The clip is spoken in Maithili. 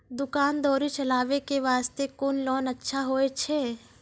दुकान दौरी चलाबे के बास्ते कुन लोन अच्छा होय छै?